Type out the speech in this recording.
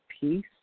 peace